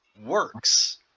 works